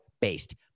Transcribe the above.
based